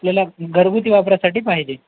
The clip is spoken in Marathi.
आपल्याला घरगुती वापरासाठी पाहिजे